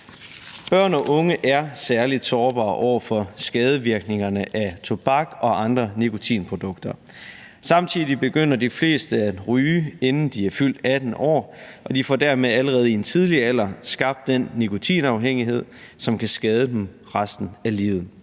Børn og unge er særligt sårbare over for skadevirkningerne af tobak og andre nikotinprodukter. Samtidig begynder de fleste at ryge, inden de er fyldt 18 år, og de får dermed allerede i en tidlig alder skabt den nikotinafhængighed, som kan skade dem resten af livet.